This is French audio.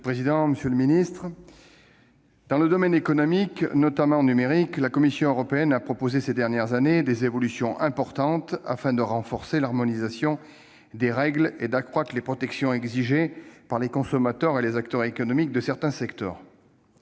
Monsieur le président, monsieur le ministre, mes chers collègues, dans le domaine économique, notamment numérique, la Commission européenne a proposé, ces dernières années, des évolutions importantes afin de renforcer l'harmonisation des règles et d'accroître les protections exigées par les consommateurs et les acteurs économiques de certains secteurs.